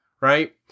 Right